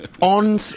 On